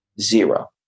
zero